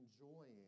enjoying